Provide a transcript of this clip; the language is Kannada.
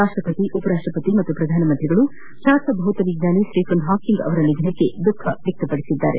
ರಾಷ್ಟ್ರಪತಿ ಉಪರಾಷ್ಟ್ರಪತಿ ಮತ್ತು ಪ್ರಧಾನಮಂತ್ರಿ ಅವರು ಖ್ಯಾತ ಭೌತವಿಜ್ಞಾನಿ ಸ್ವೀಫನ್ ಹಾಕಿಂಗ್ ಅವರ ನಿಧನಕ್ಕೆ ದುಃಖ ವ್ಯಕ್ತಪಡಿಸಿದ್ದಾರೆ